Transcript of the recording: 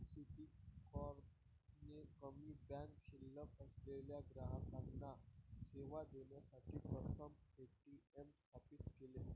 Citicorp ने कमी bank शिल्लक असलेल्या ग्राहकांना सेवा देण्यासाठी प्रथम ए.टी.एम स्थापित केले